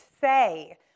say